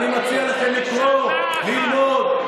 אני מציע לכם לקרוא, ללמוד.